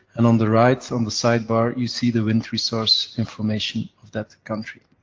and on the right, on the sidebar, you see the wind resource information of that country.